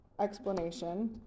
explanation